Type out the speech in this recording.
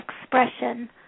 expression